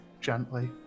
gently